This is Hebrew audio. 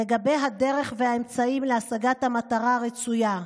לגבי הדרך והאמצעים להשגת המטרה הרצויה.